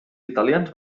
italians